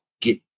get